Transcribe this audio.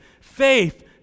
faith